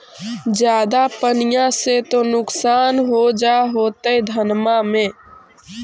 ज्यादा पनिया से तो नुक्सान हो जा होतो धनमा में?